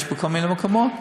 יש בכל מיני מקומות,